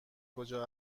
کجا